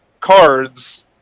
cards